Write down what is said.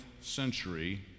century